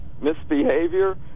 misbehavior